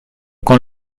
con